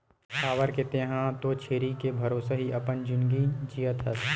काबर के तेंहा तो छेरी के भरोसा ही अपन जिनगी जियत हस